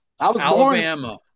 Alabama